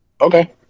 Okay